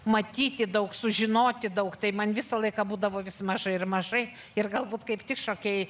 matyti daug sužinoti daug tai man visą laiką būdavo vis mažai ir mažai ir galbūt kaip tik šokėjai